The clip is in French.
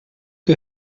que